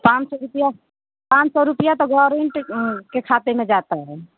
पाँच सौ रुपया पाँच सौ रुपया तो गवर्नमेन्ट के खाते में जाता है